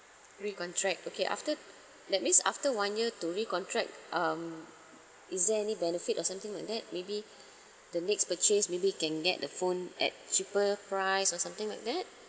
recontract okay after that means after one year to recontract um is there any benefit or something like that maybe the next purchase maybe can get the phone at cheaper price or something like that